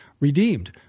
redeemed